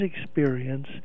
experience